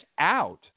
out